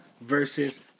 versus